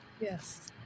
yes